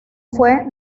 fue